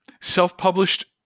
self-published